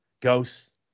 ghosts